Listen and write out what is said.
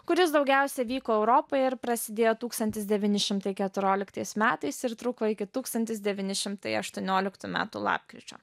kuris daugiausia vyko europoje ir prasidėjo tūkstantis devyni šimtai keturioliktais metais ir truko iki tūkstantis devyni šimtai aštuonioliktų metų lapkričio